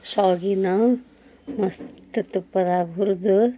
ಶಾವ್ಗೇನ ಮಸ್ತ್ ತುಪ್ಪದಾಗ ಹುರಿದು